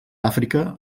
àfrica